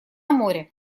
море